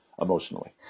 emotionally